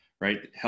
Right